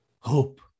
hope